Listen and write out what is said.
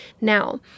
now